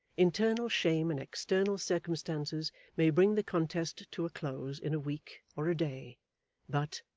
internal shame and external circumstances may bring the contest to a close in a week, or a day but,